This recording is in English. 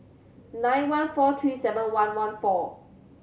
nine one four three seven one one four